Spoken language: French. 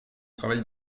travail